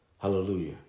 Hallelujah